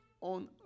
on